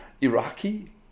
Iraqi